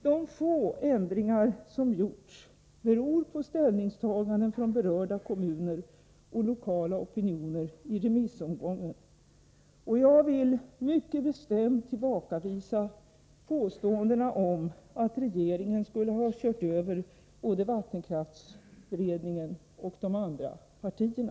De få ändringar som gjorts beror på ställningstaganden från berörda kommuner och lokala opinioner i remissomgången. Jag vill mycket bestämt tillbakavisa påståendena om att regeringen skulle ha ”kört över” både vattenkraftsberedningen och de andra partierna.